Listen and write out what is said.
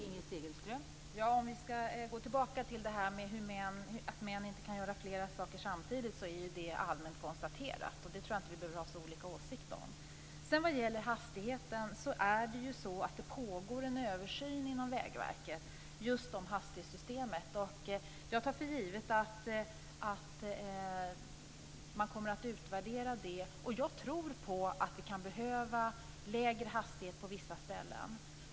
Fru talman! Om vi ska gå tillbaka till att män inte kan göra flera saker samtidigt är det allmänt konstaterat. Det behöver vi inte ha så olika åsikt om. När det gäller hastigheten pågår det en översyn inom Vägverket just av hastighetssystemet. Jag tar för givet att man kommer att utvärdera det. Jag tror att vi kan behöva lägre hastighet på vissa ställen.